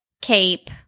cape